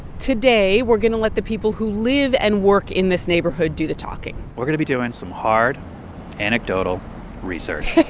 today, we're going to let the people who live and work in this neighborhood do the talking we're going to be doing some hard anecdotal research